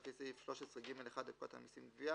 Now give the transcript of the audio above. לפי סעיף 13(ג1) לפקודת המסים (גביה),